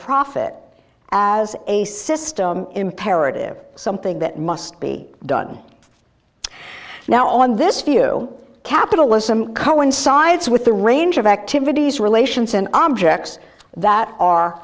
profit as a system imperative something that must be done now on this view capitalism coincides with the range of activities relations and objects that are